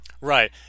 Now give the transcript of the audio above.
Right